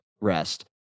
rest